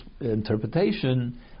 interpretation